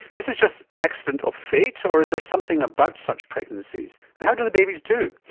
is this just an accident of fate or is there something about such pregnancies? and how do the babies do?